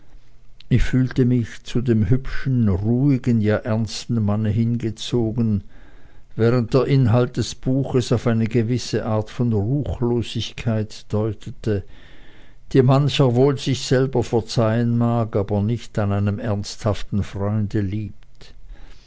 ich fühlte mich zu dem hübschen ruhigen ja ernsten manne hingezogen während der inhalt des buches auf eine gewisse art von ruchlosigkeit deutete die mancher wohl sich selber verzeihen mag aber nicht an einem ernsthaften freunde liebt